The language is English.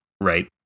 right